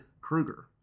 Krueger